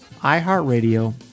iHeartRadio